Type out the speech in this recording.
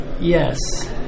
Yes